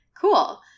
cool